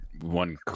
one